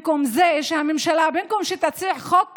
אז למה שבמקום זה, במקום שהממשלה תציע חוק כזה,